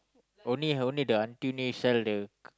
only only the aunty only sell the